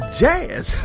jazz